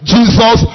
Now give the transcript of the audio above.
Jesus